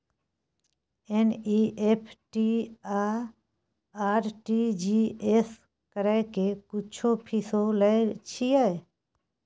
NEFT आ RTG S करै के कुछो फीसो लय छियै?